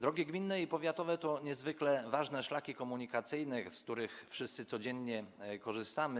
Drogi gminne i powiatowe to niezwykle ważne szlaki komunikacyjne, z których wszyscy codziennie korzystamy.